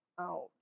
out